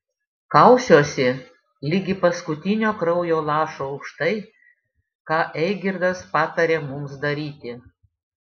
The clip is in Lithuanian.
kausiuosi ligi paskutinio kraujo lašo už tai ką eigirdas patarė mums daryti